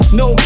no